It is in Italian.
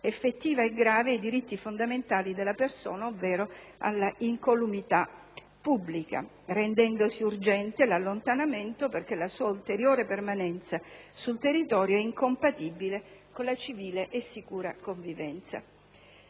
effettiva e grave ai diritti fondamentali della persona ovvero alla incolumità pubblica, rendendosi urgente l'allontanamento perché la sua ulteriore permanenza sul territorio è incompatibile con la civile e sicura convivenza.